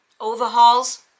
overhauls